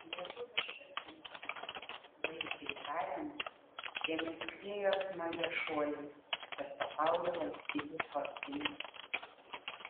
lietuviškas vytis vaizdžiai tariant šiemet skriejo smagia šuoliais per pasaulio valstybių sostines